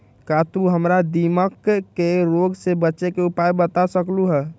का तू हमरा दीमक के रोग से बचे के उपाय बता सकलु ह?